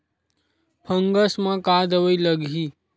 Fungus म का दवाई लगी?